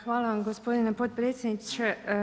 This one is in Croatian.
Hvala vam gospodine potpredsjedniče.